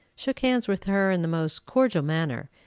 shook hands with her in the most cordial manner,